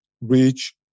reach